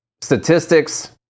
statistics